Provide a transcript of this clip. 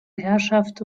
herrschaft